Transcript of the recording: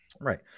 Right